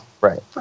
Right